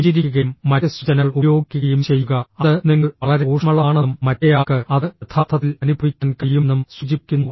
പുഞ്ചിരിക്കുകയും മറ്റ് സൂചനകൾ ഉപയോഗിക്കുകയും ചെയ്യുക അത് നിങ്ങൾ വളരെ ഊഷ്മളമാണെന്നും മറ്റേയാൾക്ക് അത് യഥാർത്ഥത്തിൽ അനുഭവിക്കാൻ കഴിയുമെന്നും സൂചിപ്പിക്കുന്നു